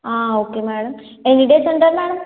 okay madam ఎన్ని days ఉంటారు madam